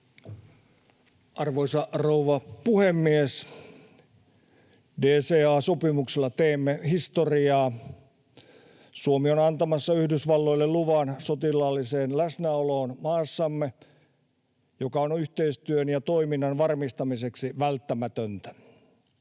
Arvoisa rouva puhemies! DCA-sopimuksella teemme historiaa. Suomi on antamassa Yhdysvalloille luvan sotilaalliseen läsnäoloon maassamme, mikä on yhteistyön ja toiminnan varmistamiseksi välttämätöntä.